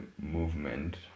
movement